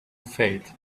fate